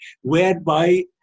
whereby